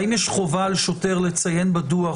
האם יש חובה על שוטר לציין בדוח